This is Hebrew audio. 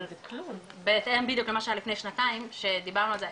אבל מה שהיה בדיוק לפני שנתיים שדיברנו על זה,